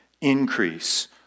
increase